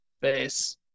face